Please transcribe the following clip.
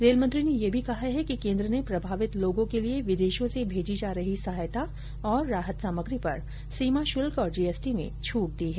रेलमंत्री ने यह भी कहा है कि केन्द्र ने प्रभावित लोगों के लिए विदेशों से भेजी जा रही सहायता और राहत सामग्री पर सीमा शुल्क और जीएसटी में छूट दी है